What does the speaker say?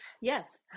Yes